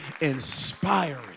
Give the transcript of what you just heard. inspiring